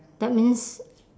that means